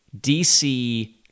DC